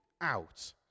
out